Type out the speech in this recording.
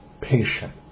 patient